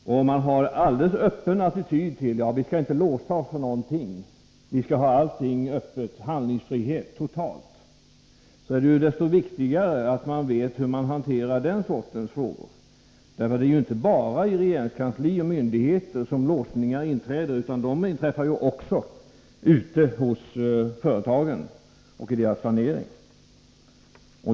Om man har en alldeles öppen attityd och säger att vi inte skall låsa oss för någonting, att vi skall ha total handlingsfrihet, så är det desto viktigare att man vet hur man skall hantera den sortens frågor. Det är ju inte bara hos regeringskansli och myndigheter som låsningar inträder, utan också ute hos företagen och i deras planering.